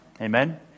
Amen